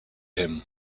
him